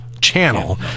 channel